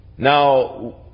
Now